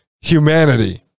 humanity